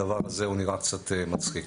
הדבר הזה נראה קצת מצחיק.